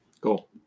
cool